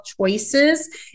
choices